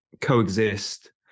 coexist